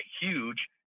huge